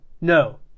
No